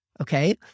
Okay